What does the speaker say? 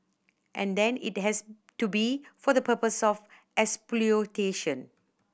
and then it has to be for the purpose of exploitation